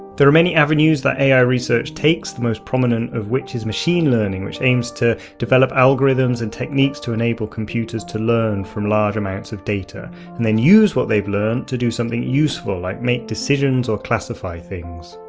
there are many avenues that ai research takes, the most prominent of which is machine learning which aims to develop algorithms and techniques to enable computers to learn from large amounts of data and then use what they've learned to do something useful like make decisions or classify things.